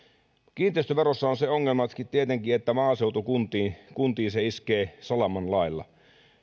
kiinteistöverossa on se ongelma tietenkin että maaseutukuntiin se iskee salaman lailla